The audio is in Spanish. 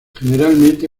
generalmente